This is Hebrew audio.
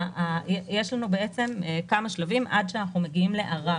יש לנו כמה שלבים עד שאנחנו מגיעים לערר.